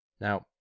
Now